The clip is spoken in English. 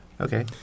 Okay